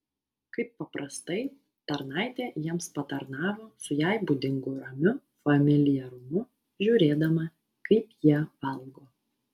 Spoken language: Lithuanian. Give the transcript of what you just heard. kaip paprastai tarnaitė jiems patarnavo su jai būdingu ramiu familiarumu žiūrėdama kaip jie valgo